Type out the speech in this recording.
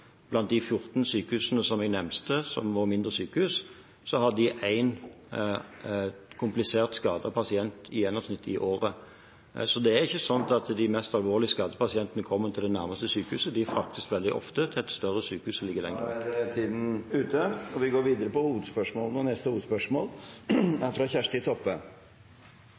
gjennomsnitt i året. Så det er ikke sånn at de mest alvorlig skadde pasientene kommer til det nærmeste sykehuset, de fraktes veldig ofte til et større sykehus som ligger … Tiden er ute. Vi går videre til neste hovedspørsmål.